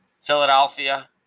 Philadelphia